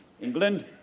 England